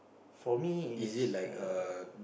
for me is err